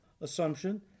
assumption